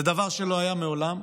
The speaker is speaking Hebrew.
זה דבר שלא היה מעולם,